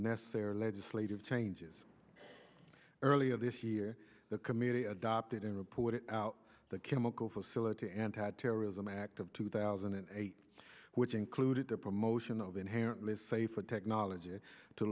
necessary legislative changes earlier this year the committee adopted in reported out the chemical facility anti terrorism act of two thousand and eight which included the promotion of inherently safer technology to